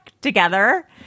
together